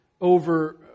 over